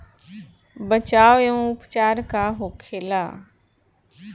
बचाव व उपचार का होखेला?